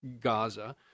Gaza—